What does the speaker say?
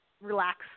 relax